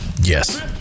Yes